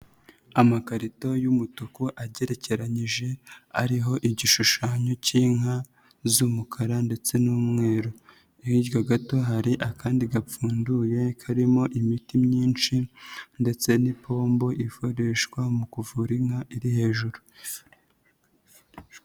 Amakarito y'umutuku agerekeranyije ariho igishushanyo cy'inka z'umukara ndetse n'umweru. Hirya gato hari akandi gapfunduye karimo imiti myinshi ndetse n'ipombo ikoreshwa mu kuvura inka iri hejuru.